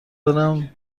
دارم